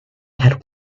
had